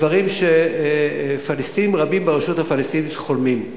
דברים שפלסטינים רבים ברשות הפלסטינית חולמים עליהם.